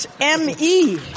M-E